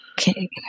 Okay